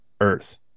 earth